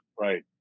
right